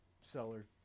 seller